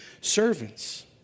servants